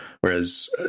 Whereas